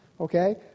okay